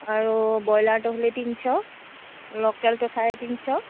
আৰু ব্ৰইলাৰটো হ'লে তিনশ লোকেলটো চাৰে তিনশ